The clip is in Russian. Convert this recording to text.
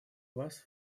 вас